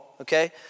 Okay